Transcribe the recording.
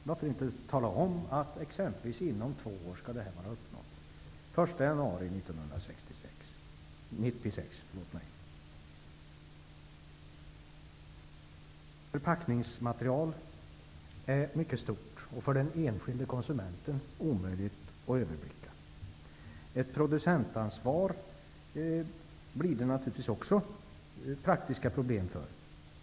Varför inte tala om att ett mål exempelvis skall vara uppnått inom två år, den 1 januari 1996. Problemet med förpackningsmaterial är mycket stort och för den enskilde konsumenten omöjligt att överblicka. Ett producentansvar får naturligtvis också praktiska problem.